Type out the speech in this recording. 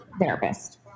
therapist